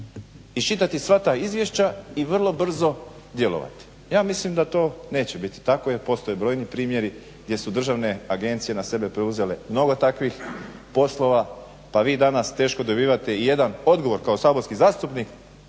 iščitati sva ta izvješća i vrlo brzo djelovati. Ja mislim da to neće biti tako jer postoje brojni primjeri gdje su državne agencije na sebe preuzele mnogo takvih poslova pa vi danas teško dobivate ijedan odgovor kao saborski zastupnik